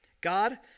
God